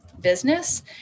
business